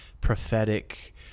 prophetic